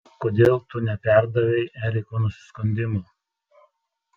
kodėl tu neperdavei eriko nusiskundimų